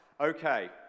okay